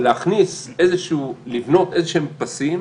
זה לבנות איזשהם פסים